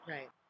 Right